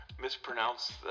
Mispronounced